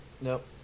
Nope